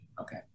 Okay